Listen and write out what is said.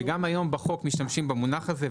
שגם היום בחוק משתמשים במונח הזה,